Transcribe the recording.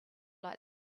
like